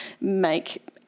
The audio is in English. make